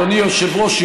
אדוני היושב-ראש,